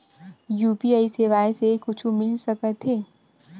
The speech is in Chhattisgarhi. यू.पी.आई सेवाएं से कुछु मिल सकत हे?